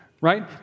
right